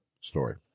story